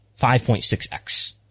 5.6x